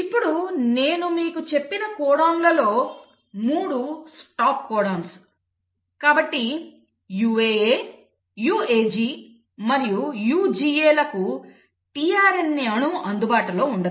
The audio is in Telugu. ఇప్పుడు నేను మీకు చెప్పిన కోడాన్లలో 3 స్టాప్ కోడాన్లు కాబట్టి UAA UAG మరియు UGA లకు tRNA అణువు అందుబాటులో ఉండదు